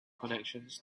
connections